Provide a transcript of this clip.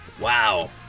Wow